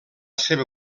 seva